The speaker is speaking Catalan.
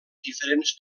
diferents